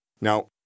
Now